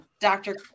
Dr